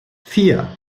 vier